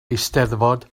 eisteddfod